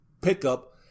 pickup